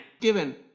given